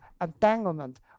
entanglement